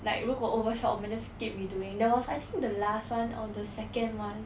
like 如果 overshot 我们 just keep redoing there was I think the last one or the second one